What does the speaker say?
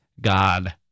God